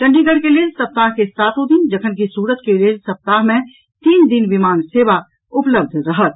चंडीगढ़ के लेल सप्ताह के सातो दिन जखनकि सूरत के लेल सप्ताह मे तीन दिन विमान सेवा उपलब्ध रहत